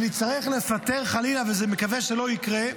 נצטרך לפטר, חלילה, ואני מקווה שזה לא יקרה,